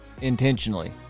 intentionally